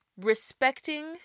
respecting